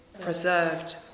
preserved